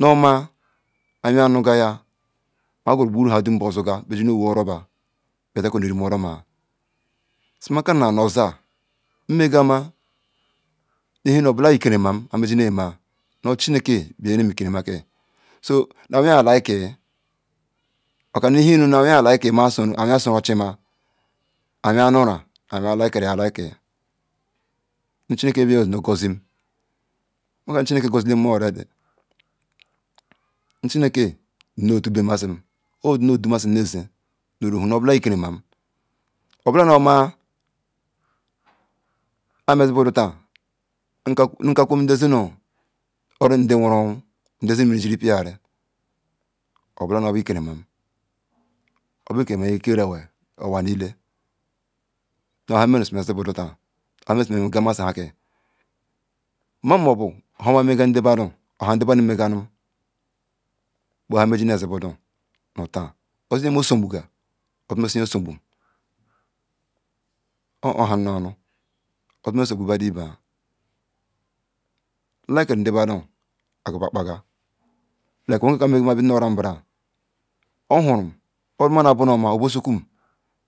Nu ma ahuya oun ga ya ma guru buburu ha dum bu su ga beji nu uwu oro ba bitta izu nu irieme oro ma, su ma Kabra ohho oza, emega ma ehi un obieas kerima ene ji neeme ma or chimeke bu ye yerim kerima ki, so almyran leke, oka thi chuyen like ahaya soru ochi ma, ah ahaya cuma aluyus like you Like nu chimkke yezi nu ngozim ma chunske ngozi le ma already nu chimeke in du mazi osi nu du masi neza Au suhu obula ikerima obula nu ma ha masi budu ta nu ka ku nde zi nu oro nde hure churu, nde zi me mini Jiri ecy, Pee yarı Obula nu bu kerima, obu ikerima eyah keru over nu le ley yom emeru si ma si budu ta ya emeru su ma maya masi tha ki Mama mu bu huma eme magatu nde badu oha nde bardy megalum bu ha myi nazi budu nu ta ozi ye mcsabu ga osi ması ye yeu subum Oh erham nu onu osi ye subu badu ibe ake kiri nde badu nu aywer pa kpangwoa ake weraka ma bry na ora mbura, ahuru oburu male bum noma obu surkum